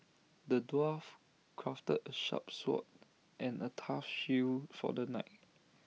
the dwarf crafted A sharp sword and A tough shield for the knight